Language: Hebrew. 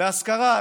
להשכרה,